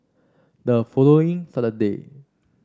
the following Saturday